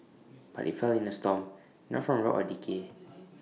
but IT fell in A storm not from rot or decay